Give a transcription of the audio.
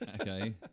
okay